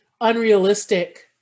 unrealistic